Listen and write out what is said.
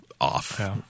off